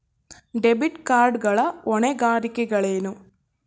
Debit card ಗಳ ಹೊಣೆಗಾರಿಕೆಗಳೇನು?